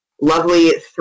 lovely